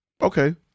Okay